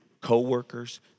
co-workers